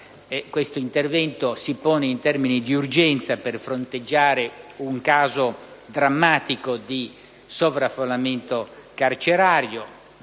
questo intervento normativo si pone in termini di urgenza per fronteggiare un caso drammatico di sovraffollamento carcerario